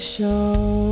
Show